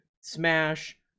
Smash